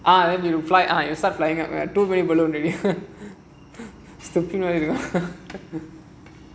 start flying out right அந்த:andha helium baloon